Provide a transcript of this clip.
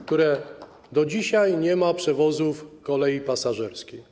które do dzisiaj nie ma przewozów kolei pasażerskiej.